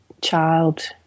child